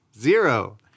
Zero